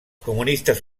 comunistes